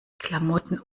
klamotten